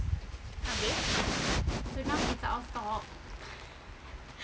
abeh